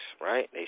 right